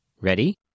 Ready